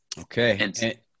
Okay